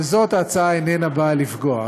בזאת ההצעה איננה באה לפגוע,